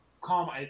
calm